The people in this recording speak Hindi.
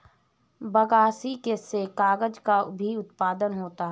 बगासी से कागज़ का भी उत्पादन होता है